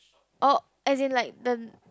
oh as in like the